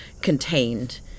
contained